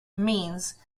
means